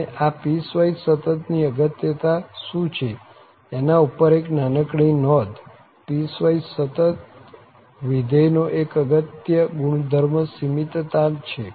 અને આ પીસવાઈસ સતત ની અગત્યતા શું છે એના ઉપર એક નાનકડી નોંધ પીસવાઈસ સતત વિધેય નો એક અગત્ય ગુણધર્મ સીમિતતા છે